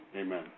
Amen